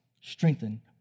Strengthen